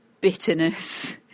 bitterness